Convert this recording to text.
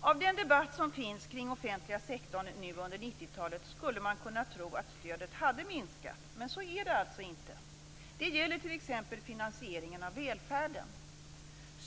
Av den debatt som finns kring offentliga sektorn nu under 90-talet skulle man kunna tro att stödet hade minskat, men så är det alltså inte. Det gäller t.ex. finansieringen av välfärden.